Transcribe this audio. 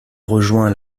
rejoint